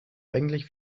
eigentlich